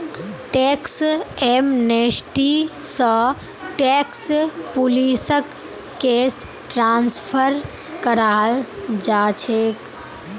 tax amnesty स tax पुलिसक case transfer कराल जा छेक